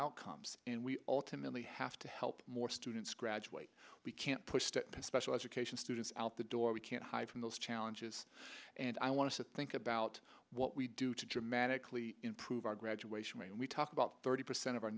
outcomes and we ultimately have to help more students graduate we can't push that special education students out the door we can't hide from those challenges and i want to think about what we do to dramatically improve our graduation rate when we talk about thirty percent of our